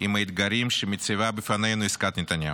עם האתגרים שמציבה בפנינו עסקת נתניהו.